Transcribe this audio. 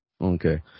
Okay